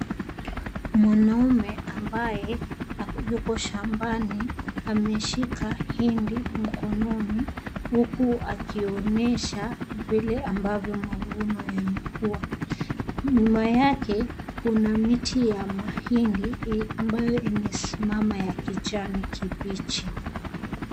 Mwanaume ambaye yuko shambani. Ameshika hindi mkononi huku akionyesha vile ambavyo mavuno yamekuwa. Nyuma yake kuna miti ya mahindi ambayo imesimama ya kjani kibichi.